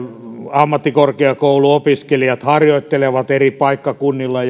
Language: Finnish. ammattikorkeakouluopiskelijat harjoittelevat eri paikkakunnilla